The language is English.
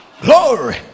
glory